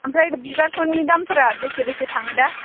ओमफ्राय बिबारफोरनि दामफोरा बेसे बेसे थाङो दा